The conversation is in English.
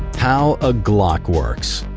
how a glock works